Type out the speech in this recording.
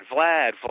Vlad